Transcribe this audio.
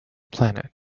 planet